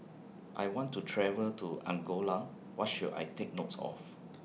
I want to travel to Angola What should I Take Notes of